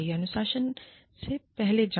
अनुशासन से पहले जांच